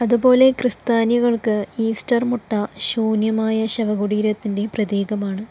അതുപോലെ ക്രിസ്ത്യാനികൾക്ക് ഈസ്റ്റർ മുട്ട ശൂന്യമായ ശവകുടീരത്തിൻ്റെ പ്രതീകമാണ്